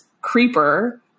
creeper